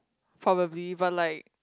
probably but like